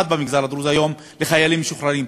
במגזר הדרוזי היום לחיילים משוחררים.